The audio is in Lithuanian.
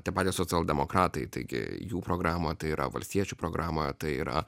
tie patys socialdemokratai taigi jų programa tai yra valstiečių programa tai yra